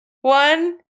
one